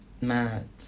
mad